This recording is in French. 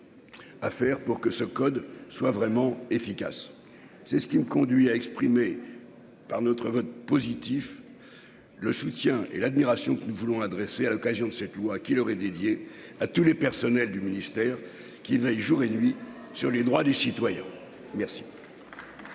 à faire pour que ce code soit vraiment efficace, c'est ce qui me conduit à exprimer par notre vote positif le soutien et l'admiration que nous voulons adresser à l'occasion de cette loi qui leur est dédié à tous les personnels du ministère qui veillent jour et nuit sur les droits des citoyens merci.